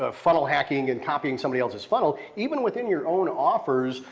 ah funnel hacking and copying somebody else's funnel, even within your own offers,